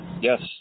Yes